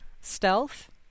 Stealth